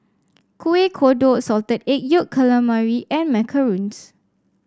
Kueh Kodok Salted Egg Yolk Calamari and macarons